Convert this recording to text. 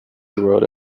wrote